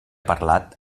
parlat